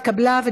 התקבלה,